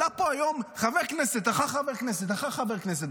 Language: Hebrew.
עלה פה היום חבר כנסת אחר חבר כנסת אחר חבר כנסת,